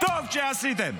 טוב שעשיתם.